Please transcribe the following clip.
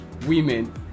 women